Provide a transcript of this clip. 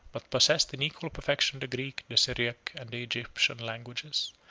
but possessed in equal perfection the greek, the syriac, and the egyptian languages.